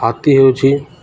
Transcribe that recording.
ହାତୀ ହେଉଛି